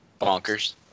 bonkers